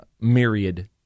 myriad